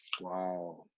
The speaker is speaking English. Wow